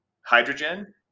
hydrogen